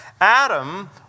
Adam